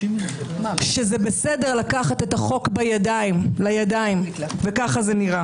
שזה בסדר לקחת את החוק לידיים וכך זה נראה.